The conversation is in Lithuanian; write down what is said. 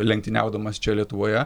lenktyniaudamas čia lietuvoje